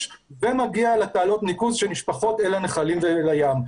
ומגיע לתעלות ניקוז שנשפכות אל הנחלים ואל הים.